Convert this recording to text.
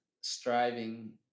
striving